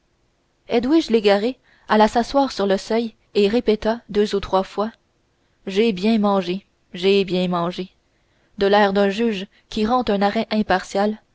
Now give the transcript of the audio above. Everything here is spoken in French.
edwige légaré alla s'asseoir sur le seuil et répéta deux ou trois fois j'ai bien mangé j'ai bien mangé de l'air d'un juge qui rend un arrêt impartial